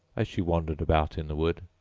as she wandered about in the wood,